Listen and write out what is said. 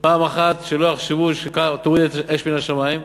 פעם אחת שכך תרד אש מן השמים,